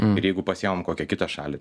ir jeigu pasiimam kokią kitą šalį